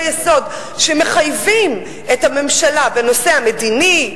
יסוד שמחייבים את הממשלה בנושא המדיני,